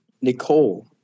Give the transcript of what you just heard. Nicole